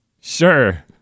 Sure